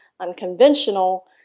unconventional